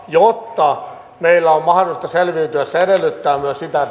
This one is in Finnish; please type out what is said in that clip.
jotta meillä on mahdollisuus selviytyä se edellyttää myös sitä